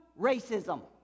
racism